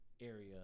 area